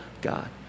God